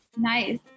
Nice